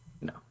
No